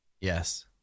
Yes